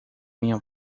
minha